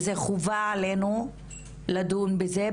וזה חובה עלינו לדון בזה,